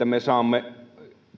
me saamme